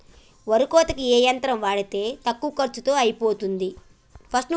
వరి కోతకి ఏ యంత్రం వాడితే తక్కువ ఖర్చులో అయిపోతుంది?